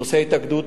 נושא ההתאגדות,